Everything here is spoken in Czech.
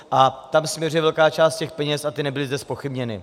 A tam směřuje velká část těch peněz a ty nebyly zde zpochybněny.